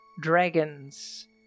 dragons